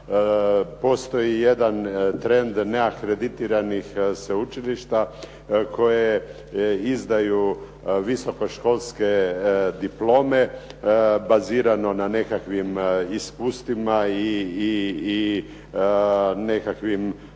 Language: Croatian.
Postoji jedan trend neakreditiranih sveučilišta koje izdaju visoko školske diplome bazirano na nekakvim iskustvima i nekakvim